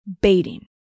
Baiting